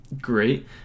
great